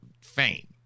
fame